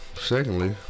Secondly